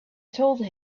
told